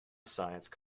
science